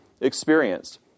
experienced